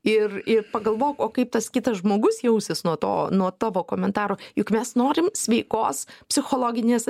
ir ir pagalvoko kaip tas kitas žmogus jausis nuo to nuo tavo komentarų juk mes norim sveikos psichologinės